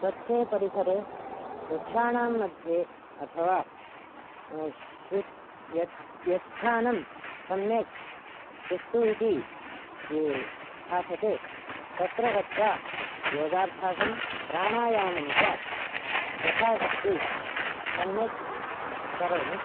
स्वच्छे परिसरे वृक्षाणां मध्ये अथवा शु यत् स्थानं सम्यक् सुष्ठु इति भासते तत्र गत्वा योगाभ्यासं प्राणायामञ्च यथाशक्ति सम्यक् करोमि